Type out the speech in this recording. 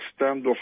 standoff